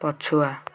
ପଛୁଆ